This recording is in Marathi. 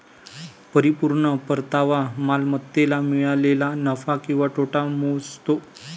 परिपूर्ण परतावा मालमत्तेला मिळालेला नफा किंवा तोटा मोजतो